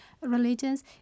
religions